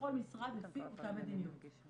בכל משרד לפי אותה מדיניות.